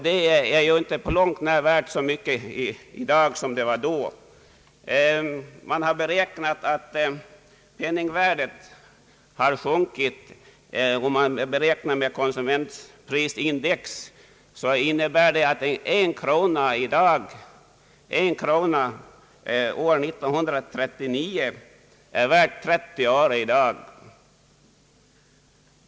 De pengar som placerades i detta lån är ju i dag inte alls värda lika mycket som då lånet upptogs. Enligt konsumentprisindex har penningvärdet sjunkit så mycket att 1 krona år 1939 bara motsvarar 30 öre i dag.